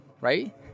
right